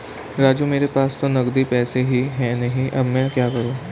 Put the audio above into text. राजू मेरे पास तो नगदी पैसे है ही नहीं अब मैं क्या करूं